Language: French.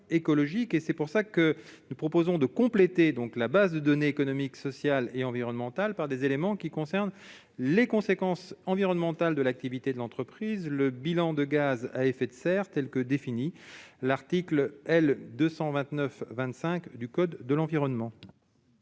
et c'est pour ça que nous proposons de compléter donc la base de données économiques, sociales et environnementales par des éléments qui concernent les conséquences environnementales de l'activité de l'entreprise, le bilan de gaz à effet de serre, tels que définis, l'article L 229 25 du code de l'environnement.